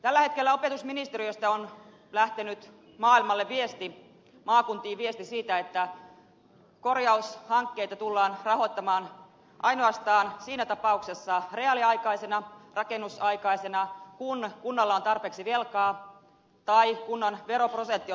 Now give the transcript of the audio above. tällä hetkellä opetusministeriöstä on lähtenyt maakuntiin viesti siitä että korjaushankkeita tullaan rahoittamaan ainoastaan siinä tapauksessa reaaliaikaisesti rakennusaikana kun kunnalla on tarpeeksi velkaa tai kunnan veroprosentti on tarpeeksi korkea